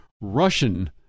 Russian